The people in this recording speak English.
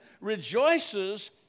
rejoices